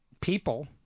people